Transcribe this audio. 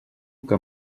que